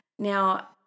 Now